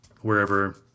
wherever